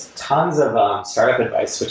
tons of ah startup advice,